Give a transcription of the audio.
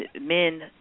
men